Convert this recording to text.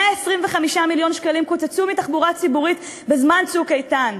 125 מיליון שקלים קוצצו מהתחבורה הציבורית בזמן "צוק איתן",